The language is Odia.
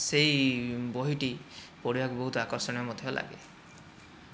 ସେହି ବହିଟି ପଢ଼ିବାକୁ ବହୁତ ଆକର୍ଷଣୀୟ ମଧ୍ୟ ଲାଗେ